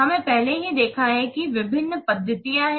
हमने पहले ही देखा है कि विभिन्न पद्धतियां हैं